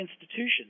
institutions